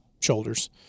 shoulders